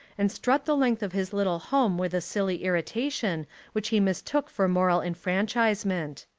and strut the length of his little home with a silly irritation which he mistook for moral enfran chisement.